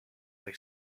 they